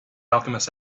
alchemist